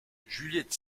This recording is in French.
juliette